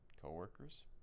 co-workers